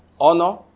honor